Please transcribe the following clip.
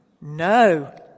No